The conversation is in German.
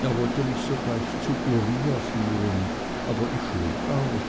er wollte mich sogleich zu uriah führen aber ich schlug es aus